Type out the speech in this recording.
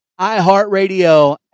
iHeartRadio